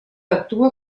actua